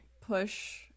push